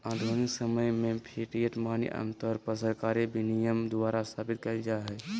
आधुनिक समय में फिएट मनी आमतौर पर सरकारी विनियमन द्वारा स्थापित कइल जा हइ